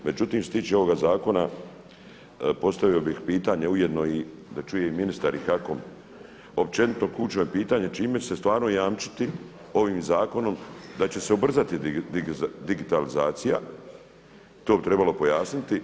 Međutim, što se tiče ovoga zakona postavio bih pitanje ujedno i da čuje i ministar i kako, općenito ključno je pitanje čime će se stvarno jamčiti ovim zakonom da će se ubrzati digitalizacija, to bi trebalo pojasniti.